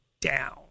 down